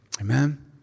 Amen